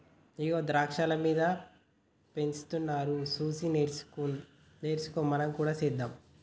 ఇగో ద్రాక్షాలు మీద పెంచుతున్నారు సూసి నేర్చుకో మనం కూడా సెద్దాం